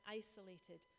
isolated